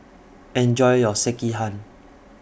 Enjoy your Sekihan